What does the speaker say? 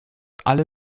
alle